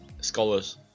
Scholars